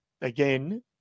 again